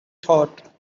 thought